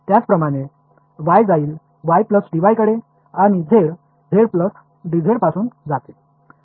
त्याचप्रकारे y जाईल y dy कडे आणि z z dz पासून जाते